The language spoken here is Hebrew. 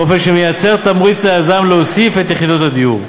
באופן שמייצר תמריץ ליזם להוסיף את יחידות הדיור,